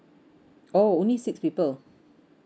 oh only six people